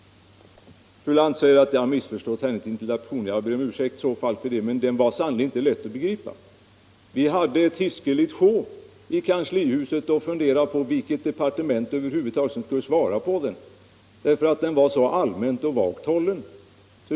Fru Lantz säger att jag har missförstått hennes interpellation. Jag ber om ursäkt för det, men den var sannerligen inte lätt att begripa. Vi hade ett hiskeligt sjå i kanslihuset när vi skulle avgöra vilket departement som skulle svara på interpellationen, eftersom den var så allmänt och vagt hållen.